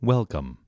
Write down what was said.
Welcome